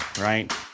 Right